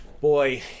boy